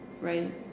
right